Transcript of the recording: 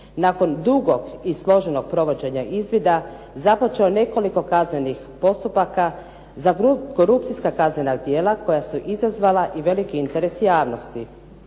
nakon dugog i složenog provođenja izvida započeo nekoliko kaznenih postupaka za korupcijska kaznena djela koja su izazvala i veliki interes javnosti.